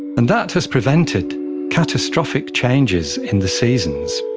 and that has prevented catastrophic changes in the seasons.